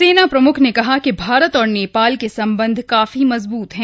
सेना प्रम्ख ने कहा कि भारत और नेपाल के संबंध काफी मजबूत है